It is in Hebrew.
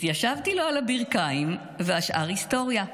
התיישבתי לו על הברכיים, והשאר היסטוריה.